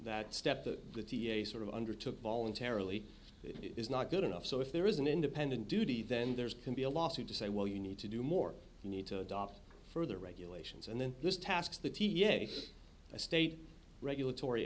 that step to be a sort of undertook voluntarily is not good enough so if there is an independent duty then there's can be a lawsuit to say well you need to do more you need to adopt further regulations and then this task the t s a a state regulatory